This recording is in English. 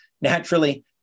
naturally